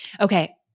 Okay